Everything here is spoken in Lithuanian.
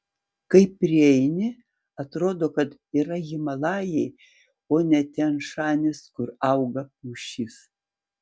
kai prieini atrodo kad yra himalajai o ne tian šanis kur auga pušys